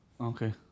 Okay